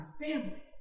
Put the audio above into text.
family